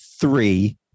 three